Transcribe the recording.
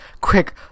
Quick